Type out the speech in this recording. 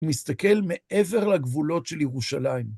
מסתכל מעבר לגבולות של ירושלים.